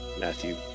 Matthew